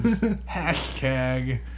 Hashtag